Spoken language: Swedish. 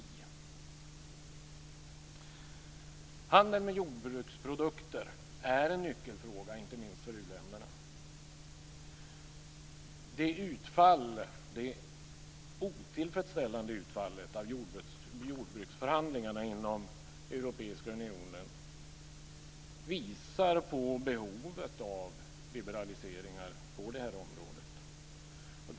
Handeln med jordbruksprodukter är en nyckelfråga, inte minst för u-länderna. Det otillfredsställande utfallet av jordbruksförhandlingarna inom Europeiska unionen visar på behovet av liberaliseringar på det här området.